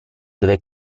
dove